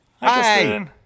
Hi